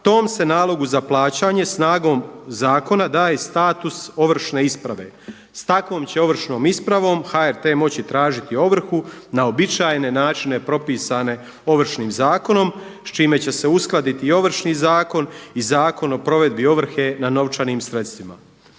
tom se nalogu za plaćanje snagom zakona daje i status ovršne isprave. S takvom će ovršnom ispravom HRT moći tražiti ovrhu na uobičajene načine propisane Ovršnim zakonom s čime će se uskladiti i Ovršni zakon i Zakon o provedbi ovrhe na novčanim sredstvima.